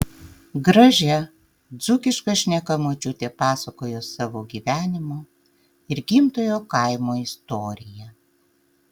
gražia dzūkiška šneka močiutė pasakojo savo gyvenimo ir gimtojo kaimo istoriją